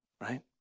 Right